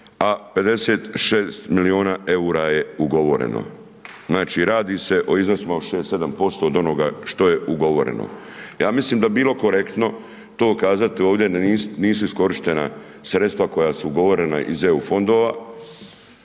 a 56 miliona EUR-a je ugovoreno. Znači radi se o iznosima od 6, 7% od onoga što je ugovoreno. Ja mislim da bi bilo korektno to kazati ovdje da nisu iskorištena sredstva koja su ugovorena iz EU fondova,